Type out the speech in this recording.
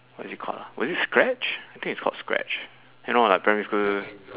what is it called ah was it scratch I think it's called scratch you know like primary school